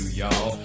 y'all